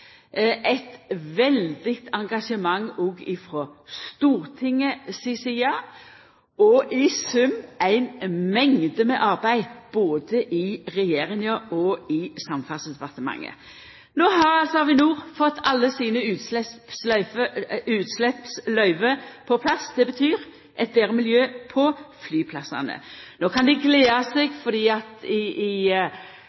veldig engasjement òg frå Stortinget si side, og i sum ei mengd av arbeid både i regjeringa og i Samferdselsdepartementet. No har altså Avinor fått alle sine utsleppsløyve på plass. Det betyr eit betre miljø på flyplassane. No kan dei glede seg